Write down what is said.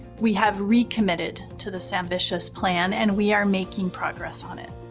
we have recommitted to this ambitious plan and we are making progress on it.